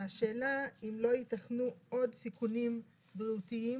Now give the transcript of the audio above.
השאלה היא אם לא ייתכנו עוד סיכונים בריאותיים